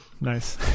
nice